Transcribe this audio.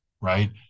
right